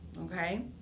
okay